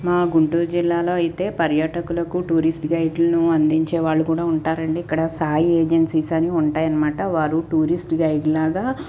మా గుంటూరు జిల్లాలో అయితే పర్యాటకులకు టూరిస్ట్ గైడ్లను అందించే వాళ్ళు కూడా ఉంటారు అండి ఇక్కడ సాయి ఏజెన్సీస్ అని ఉంటాయి అనమాట వారు టూరిస్ట్ గైడ్లగా